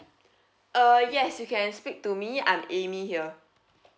uh yes you can speak to me I'm amy here